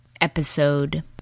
episode